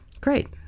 Great